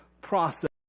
process